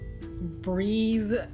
breathe